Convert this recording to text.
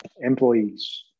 employees